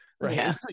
right